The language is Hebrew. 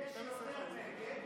יש יותר נגד והתוצאה השתנתה.